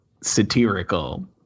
satirical